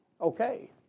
Okay